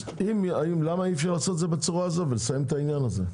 אז למה אי אפשר לעשות את זה בצורה הזאת ולסיים את העניין הזה?